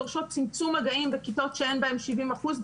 דורשות צמצום מגעים בכיתות שאין בהן 70 אחוזים,